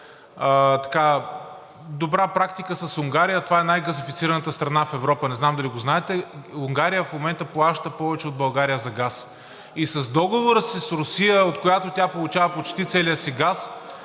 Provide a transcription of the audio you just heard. добра практика с Унгария – това е най-газифицираната страна в Европа, не знам дали го знаете. Унгария в момента плаща повече от България за газ и с договора си с Русия, от която тя получава почти целия си газ,